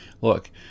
look